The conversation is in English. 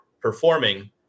performing